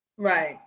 Right